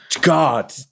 God